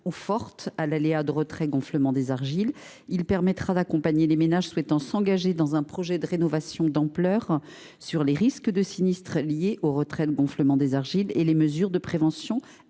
ou forte à l’aléa de retrait gonflement des argiles. Elle permettra d’accompagner les ménages souhaitant s’engager dans un projet de rénovation d’ampleur dans le repérage des risques de sinistres liés au retrait gonflement des argiles et la mise en